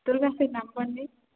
তোর কাছে নাম্বার নেই